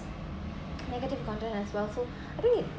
negative content as well so I think it